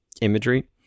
imagery